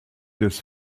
des